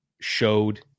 showed